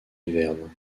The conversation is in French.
hiverne